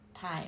time